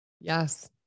yes